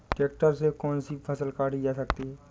Tractor से कौन सी फसल काटी जा सकती हैं?